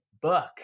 book